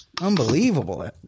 Unbelievable